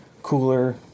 cooler